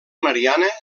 mariana